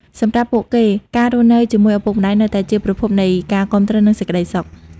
សម្រាប់ពួកគេ ការរស់នៅជាមួយឪពុកម្តាយនៅតែជាប្រភពនៃការគាំទ្រ និងសេចក្តីសុខ។